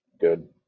good